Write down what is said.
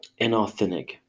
inauthentic